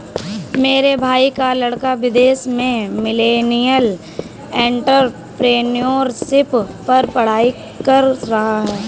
मेरे भाई का लड़का विदेश में मिलेनियल एंटरप्रेन्योरशिप पर पढ़ाई कर रहा है